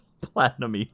Platinum